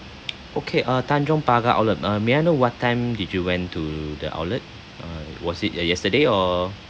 okay uh tanjong pagar outlet um may I know what time did you went to the outlet uh was it yesterday or